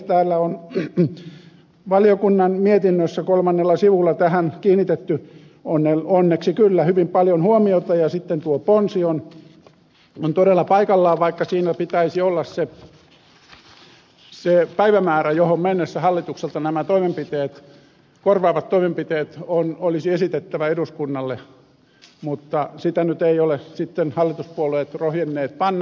täällä on valiokunnan mietinnössä kolmannella sivulla tähän kiinnitetty onneksi kyllä hyvin paljon huomiota ja sitten tuo ponsi on todella paikallaan vaikka siinä pitäisi olla se päivämäärä johon mennessä hallitukselta nämä korvaavat toimenpiteet olisi esitettävä eduskunnalle mutta sitä nyt eivät ole sitten hallituspuolueet rohjenneet panna